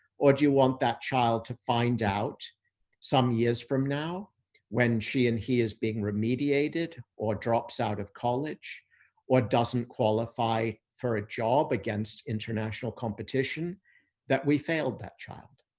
or do you want that child to find out some years from now when she, and he is being remediated or drops out of college or doesn't qualify for a job against international competition that we failed that child,